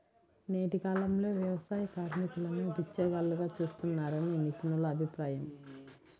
నేటి కాలంలో వ్యవసాయ కార్మికులను బిచ్చగాళ్లుగా చూస్తున్నారని నిపుణుల అభిప్రాయం